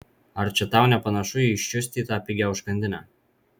ar čia tau nepanašu į iščiustytą pigią užkandinę